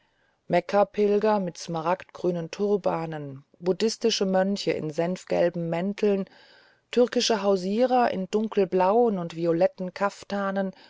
maskerade mekkapilger mit smaragdgrünen turbanen buddhistische mönche in senfgelben mänteln türkische hausierer in dunkelblauen und violetten